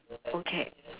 okay